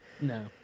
No